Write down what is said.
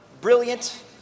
brilliant